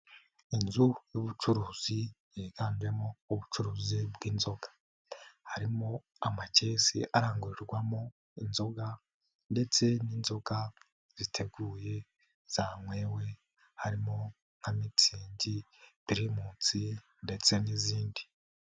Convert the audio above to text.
Inzu y'ubucuruzi yiganjemo ubucuruzi bw'inzoga, harimo amakesi arangurirwamo inzoga ndetse n'inzoga ziteguye zanywewe harimo nka Mitsingi, Primus ndetse n'izindi.